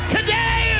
Today